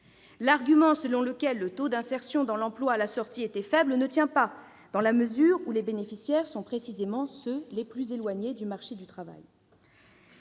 L'argument selon lequel le taux d'insertion dans l'emploi à la sortie d'un contrat aidé était faible ne tient pas, dans la mesure où les bénéficiaires sont précisément les personnes les plus éloignées du marché du travail.